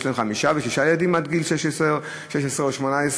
להם חמישה ושישה ילדים עד גיל 16 או 18,